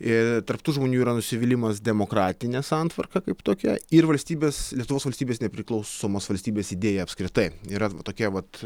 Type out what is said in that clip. ir tarp tų žmonių yra nusivylimas demokratine santvarka kaip tokia ir valstybės lietuvos valstybės nepriklausomos valstybės idėja apskritai yra tokia vat